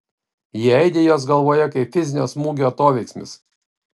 jie aidi jos galvoje kaip fizinio smūgio atoveiksmis